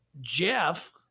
jeff